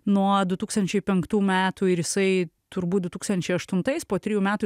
nuo du tūkstančiai penktų metų ir jisai turbūt du tūkstančiai aštuntais po trijų metų